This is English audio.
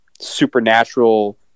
supernatural